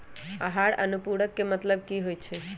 आहार अनुपूरक के मतलब की होइ छई?